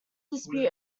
dispute